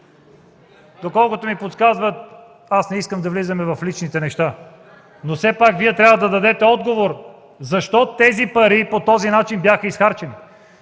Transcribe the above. Доколкото ми подсказват, аз не искам да навлизаме в личните неща. Но все пак Вие трябва да дадете отговор защо тези пари бяха изхарчени